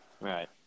Right